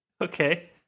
Okay